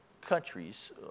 countries